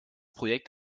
projekt